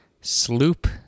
Sloop